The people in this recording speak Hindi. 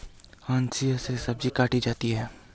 हंसिआ से सब्जी काटी जाती है